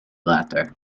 latter